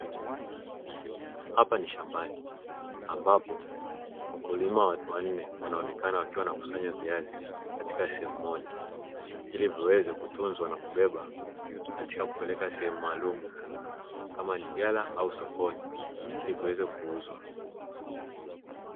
Hapa ni shambani ambapo wakulima wanne wanaonekana wakiwa wanakusanya viazi katika sehemu moja, ili viweze kutunzwa na kubeba katika kupeleka sehemu maalumu kama ni ghala au sokoni, ili viweze kuuzwa.